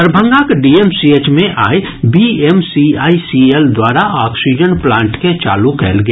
दरभंगाक डीएमसीएच मे आइ बीएमसीआईसीएल द्वारा ऑक्सीजन प्लांट के चालू कयल गेल